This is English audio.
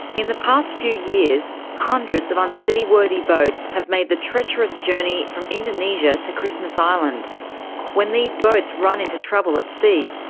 in the past few years, hundreds of unseaworthy boats have made the treacherous journey from indonesia to christmas island when these boats run into trouble at sea,